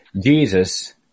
Jesus